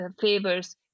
favors